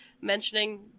mentioning